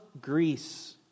Greece